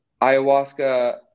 ayahuasca